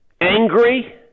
angry